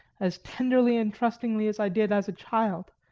as tenderly and trustingly as i did as a child.